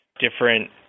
different